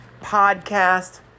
podcast